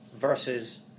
versus